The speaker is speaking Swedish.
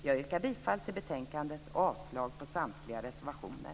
Jag yrkar bifall till hemställan i betänkandet och avslag på samtliga reservationer.